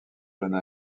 jeune